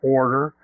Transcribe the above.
order